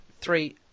three